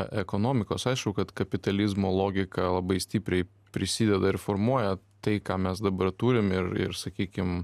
ekonomikos aišku kad kapitalizmo logika labai stipriai prisideda ir formuoja tai ką mes dabar turim ir ir sakykim